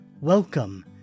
Welcome